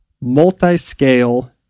multi-scale